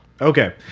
Okay